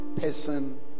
person